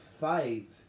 fight